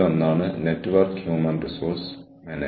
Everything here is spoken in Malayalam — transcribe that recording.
ലോകം നെറ്റ്വർക്കിംഗിലേക്ക് നീങ്ങുകയാണ്